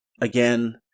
again